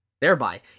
thereby